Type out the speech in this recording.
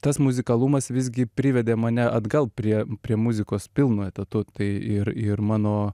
tas muzikalumas visgi privedė mane atgal prie prie muzikos pilnu etatu tai ir ir mano